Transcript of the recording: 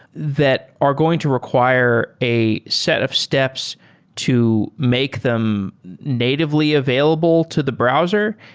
that are going to require a set of steps to make them natively available to the browser.